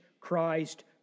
Christ